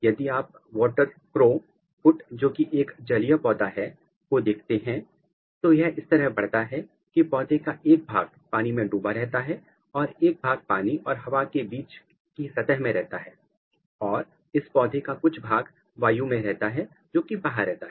यदि आप water crowfoot जो कि एक जलीय पौधा है को देखते हैं तो यह इस तरह बढ़ता है कि इस पौधे का एक भाग पानी में डूबा रहता है और एक भाग पानी और हवा के बीच की सतह में रहता है और इस पौधे का कुछ भाग वायु में रहता है जो कि बाहर रहता है